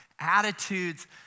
attitudes